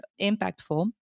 impactful